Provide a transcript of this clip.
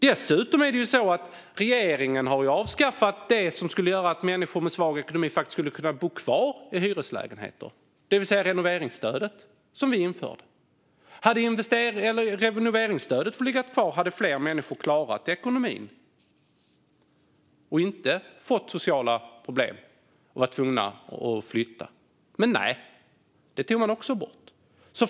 Dessutom har regeringen avskaffat det som skulle kunna göra att människor med svag ekonomi skulle kunna bo kvar i hyreslägenheter, det vill säga det renoveringsstöd som vi införde. Om renoveringsstödet hade fått ligga kvar hade fler människor klarat ekonomin och inte fått sociala problem och blivit tvungna att flytta. Men nej, också det tog man bort.